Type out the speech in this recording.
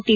T